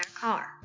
car